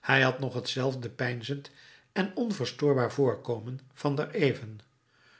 hij had nog t zelfde peinzend en onverstoorbaar voorkomen van daareven